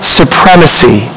supremacy